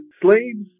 slaves